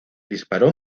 disparó